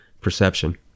perception